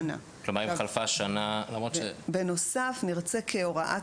כלומר אם חלפה שנה -- בנוסף נרצה כהוראת